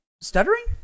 Stuttering